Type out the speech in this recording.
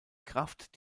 kraft